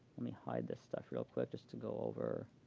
let me hide this stuff real quick just to go over.